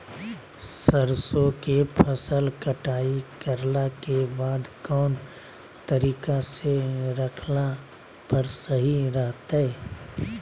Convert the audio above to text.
सरसों के फसल कटाई करला के बाद कौन तरीका से रखला पर सही रहतय?